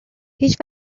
هیچ